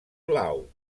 blau